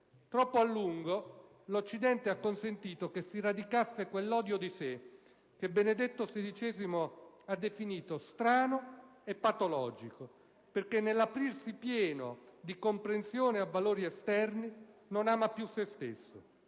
Troppo a lungo l'Occidente ha consentito che si radicasse quell'"odio di sé" che Benedetto XVI ha definito "strano" e "patologico" perché nell'«aprirsi pieno di comprensione a valori esterni» «non ama più sé stesso»